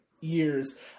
years